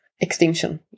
extinction